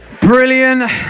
Brilliant